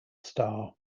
star